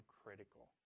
critical